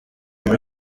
muri